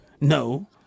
No